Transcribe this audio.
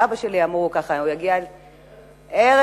לאבא שלי אמרו ככה, הוא יגיע, לארץ-ישראל.